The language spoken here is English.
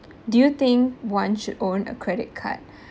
do you think one should own a credit card